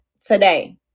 today